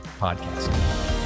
podcast